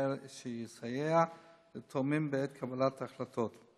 שיסייע לתורמים בעת קבלת ההחלטות.